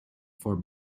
for